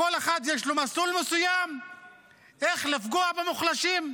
יש לו מסלול מסוים איך לפגוע במוחלשים,